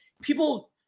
people